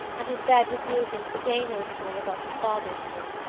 and his bed was moved into the day nursery, above his father's room.